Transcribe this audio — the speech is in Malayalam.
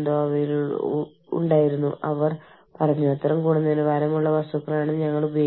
ഇപ്പോൾ ഡോളറിന്റെ നിരക്ക് നിങ്ങൾക്കറിയാമോ അമേരിക്കൻ ഡോളറുമായി താരതമ്യപ്പെടുത്തുമ്പോൾ ഇന്ത്യൻ രൂപയുടെ മൂല്യം